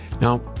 Now